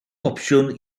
opsiwn